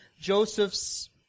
Joseph's